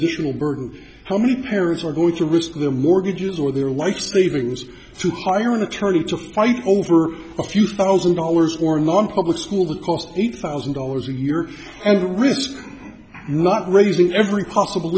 additional burden how many parents are going to risk their mortgages or their life savings to hire an attorney to fight over a few thousand dollars or nonpublic school that cost eight thousand dollars a year as a risk not raising every possible